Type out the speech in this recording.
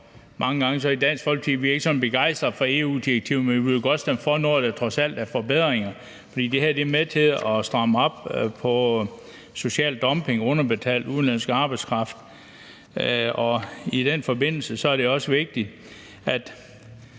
at vi ikke er så begejstrede for EU-direktiver, men vi vil godt stemme for noget, der trods alt er forbedringer, for det her er med til at dæmme op for social dumping og underbetalt udenlandsk arbejdskraft. I den forbindelse er det også vigtigt,